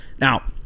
Now